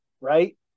right